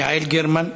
יעל גרמן,